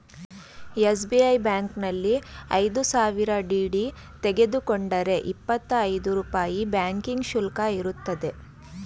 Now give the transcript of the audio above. SBI ಬ್ಯಾಂಕಿನಲ್ಲಿ ಐದು ಸಾವಿರ ಡಿ.ಡಿ ತೆಗೆದುಕೊಂಡರೆ ಇಪ್ಪತ್ತಾ ಐದು ರೂಪಾಯಿ ಬ್ಯಾಂಕಿಂಗ್ ಶುಲ್ಕ ಇರುತ್ತದೆ